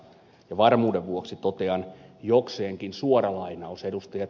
varmuuden vuoksi totean jokseenkin suora lainaus ed